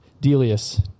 Delius